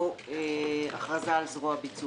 או הכרזה על זרוע ביצוע.